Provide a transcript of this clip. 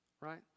right